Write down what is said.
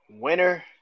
Winner